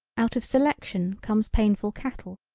out of selection comes painful cattle.